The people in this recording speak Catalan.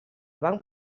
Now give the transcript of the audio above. banc